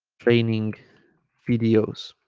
training videos